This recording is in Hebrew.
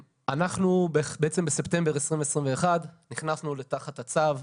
אנחנו בעצם בספטמבר 2021 נכנסנו תחת הצו,